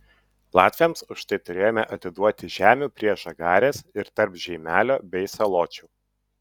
latviams už tai turėjome atiduoti žemių prie žagarės ir tarp žeimelio bei saločių